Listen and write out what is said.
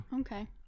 okay